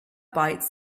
bites